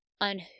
on